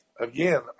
again